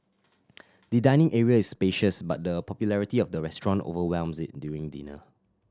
the dining area is spacious but the popularity of the restaurant overwhelms it during dinner